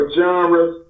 genres